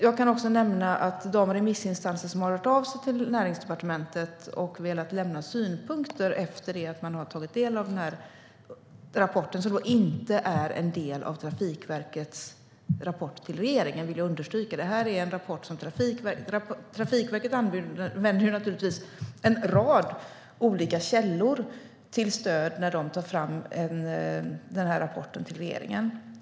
Jag kan nämna att remissinstanser har hört av sig till Näringsdepartementet och velat lämna synpunkter efter det att de tagit del av rapporten, som alltså inte - det vill jag understryka - är en del av Trafikverkets rapport till regeringen. Trafikverket har naturligtvis använt en rad olika källor som stöd när de tagit fram rapporten till regeringen.